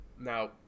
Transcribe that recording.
now